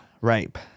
Rape